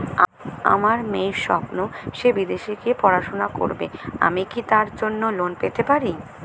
আমার মেয়ের স্বপ্ন সে বিদেশে গিয়ে পড়াশোনা করবে আমি কি তার জন্য লোন পেতে পারি?